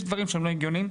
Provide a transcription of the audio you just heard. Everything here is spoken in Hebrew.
יש דברים שהם לא הגיוניים.